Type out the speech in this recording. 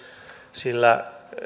sillä